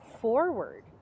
forward